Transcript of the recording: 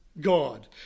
God